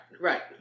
right